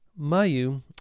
Mayu